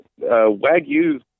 Wagyu